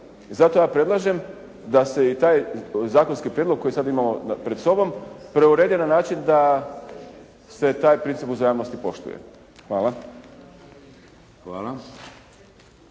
Zato ja predlažem da se i taj zakonski prijedlog koji sad imamo pred sobom preuredi na način da se taj princip uzajamnosti poštuje. Hvala.